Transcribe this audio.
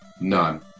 none